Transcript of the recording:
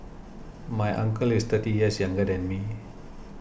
my uncle is thirty years younger than me